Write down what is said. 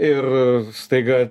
ir staiga